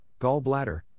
gallbladder